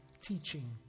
teaching